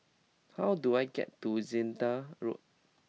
how do I get to Zehnder Road